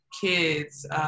kids